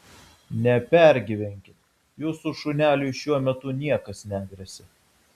nepergyvenkit jūsų šuneliui šiuo metu niekas negresia